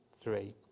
three